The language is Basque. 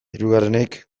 hirugarrenik